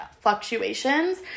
fluctuations